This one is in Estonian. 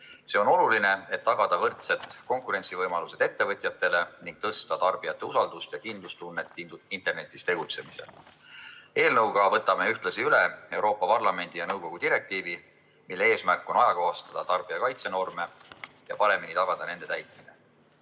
See on oluline, et tagada võrdsed konkurentsivõimalused ettevõtjatele ning tõsta tarbijate usaldust ja kindlustunnet internetis tegutsemisel. Eelnõuga võtame ühtlasi üle Euroopa Parlamendi ja nõukogu direktiivi, mille eesmärk on ajakohastada tarbijakaitsenorme ja paremini tagada nende täitmine.